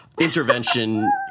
Intervention